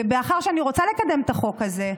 ומאחר שאני רוצה לקדם את החוק הזה,